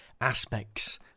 aspects